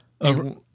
over